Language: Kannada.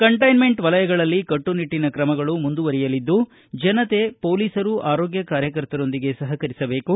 ಕಂಟೈನ್ಮೆಂಟ್ ವಲಯಗಳಲ್ಲಿ ಕಟ್ಟುನಿಟ್ಟಿನ ಕ್ರಮ ಮುಂದುವರೆಯಲಿದ್ದು ಜನತೆ ಪೊಲೀಸರು ಆರೋಗ್ಯ ಕಾರ್ಯಕರ್ತರೊಂದಿಗೆ ಸಪಕರಿಸಬೇಕು